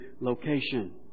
location